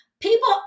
People